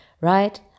right